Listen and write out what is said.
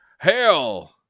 Hail